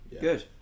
good